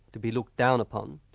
to be looked down upon,